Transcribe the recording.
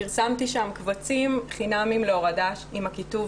פרסמתי שם קבצים חינמיים להורדה עם הכיתוב